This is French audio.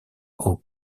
aux